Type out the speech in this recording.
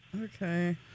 Okay